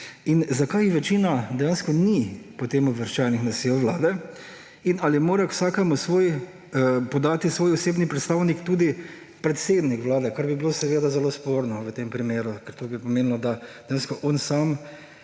Zakaj večina dejansko ni potem uvrščenih na sejo Vlado in ali mora k vsakemu podati svoje osebno mnenje tudi predsednik Vlade? To bi bilo seveda zelo sporno v tem primeru, ker to bi pomenilo, da dejansko on sam